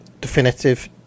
definitive